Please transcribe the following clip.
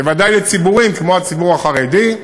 בוודאי לציבורים כמו הציבור החרדי,